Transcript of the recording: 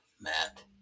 Matt